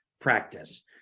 practice